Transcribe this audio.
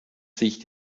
sich